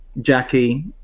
Jackie